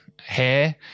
hair